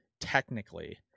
technically